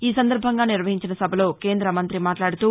ఈ సందర్బంగా నిర్వహించిన సభలో కేందమంతి మాట్లాడుతూ